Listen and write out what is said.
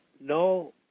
no